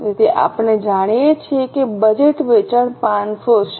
તેથી આપણે જાણીએ છીએ કે બજેટ વેચાણ 500 છે